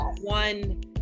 one